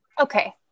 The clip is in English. Okay